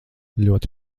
ļoti